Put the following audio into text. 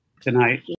Tonight